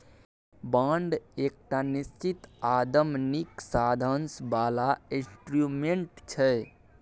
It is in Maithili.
बांड एकटा निश्चित आमदनीक साधंश बला इंस्ट्रूमेंट छै